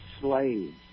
slaves